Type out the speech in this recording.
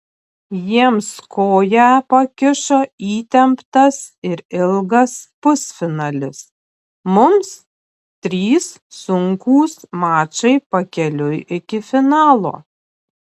jiems koją pakišo įtemptas ir ilgas pusfinalis mums trys sunkūs mačai pakeliui iki finalo